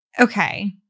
okay